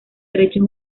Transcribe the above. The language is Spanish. derechos